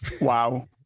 Wow